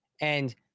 And-